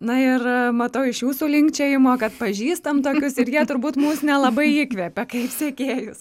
na ir matau iš jūsų linkčiojimo kad pažįstam tokius ir jie turbūt mus nelabai įkvepia kaip sekėjus